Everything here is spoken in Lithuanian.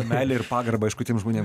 meilę ir pagarbą aišku tiem žmonėm